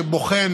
שבוחן